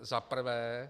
Za prvé.